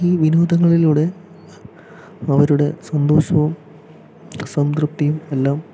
ഈ വിനോദങ്ങളിലൂടെ അവരുടെ സന്തോഷവും സംതൃപ്തിയും എല്ലാം